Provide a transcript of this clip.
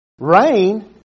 Rain